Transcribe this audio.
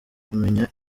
kumenya